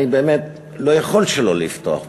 אני באמת לא יכול שלא לפתוח בזה,